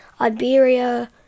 Iberia